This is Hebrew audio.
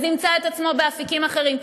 ימצא את עצמו באפיקים אחרים.